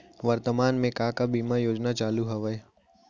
वर्तमान में का का बीमा योजना चालू हवये